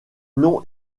non